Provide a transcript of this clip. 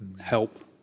help